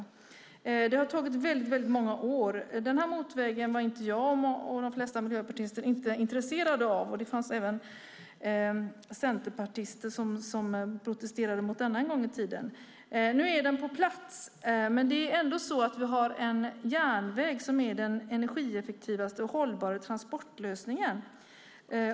Det har tagit många år. Jag och de flesta miljöpartister var inte intresserade av motorvägen, och det fanns även centerpartister som protesterade mot den. Nu är den på plats, men järnvägen är ändå den energieffektivaste och mest hållbara transportlösningen.